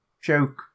joke